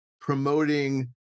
promoting